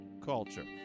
culture